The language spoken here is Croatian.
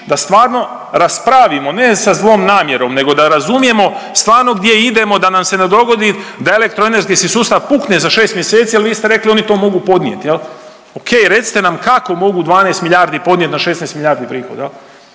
da stvarno raspravimo ne sa zlom namjerom, nego da razumijemo stvarno gdje idemo, da nam se ne dogodi da elektro energetski sustav pukne za 6 mjeseci, jer vi ste rekli oni to mogu podnijeti. Ok, recite nam kako mogu 12 milijardi podnijeti na 16 milijardi prihoda?